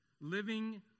living